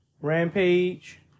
Rampage